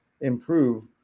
improve